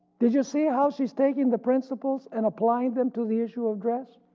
did you see how she's taking the principles and applying them to the issue of dress.